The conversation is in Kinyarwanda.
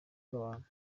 ry’abantu